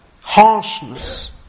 harshness